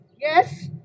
yes